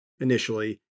initially